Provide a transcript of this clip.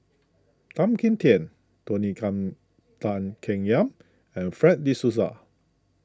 Tan Kim Tian Tony come Tan Keng Yam and Fred De Souza